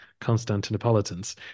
Constantinopolitans